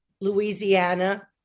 Louisiana